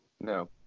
No